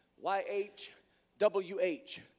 Y-H-W-H